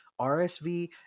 RSV